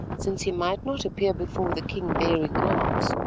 since he might not appear before the king bearing arms.